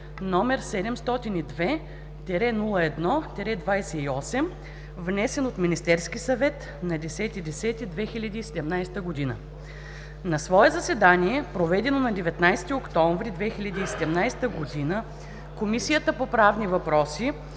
№ 702-01-28, внесен от Министерския съвет на 10 октомври 2017 г. На свое заседание, проведено на 19 октомври 2017 г., Комисията по правни въпроси